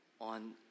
on